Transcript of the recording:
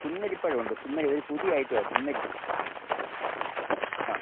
സുന്ദരിപ്പഴമുണ്ട് സുന്ദരി ഒരു പുതിയ ഐറ്റമാണ് സുന്ദരി ആ